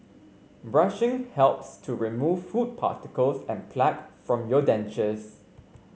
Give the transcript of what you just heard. brushing helps to remove food particles and plaque from your dentures